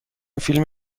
فیلم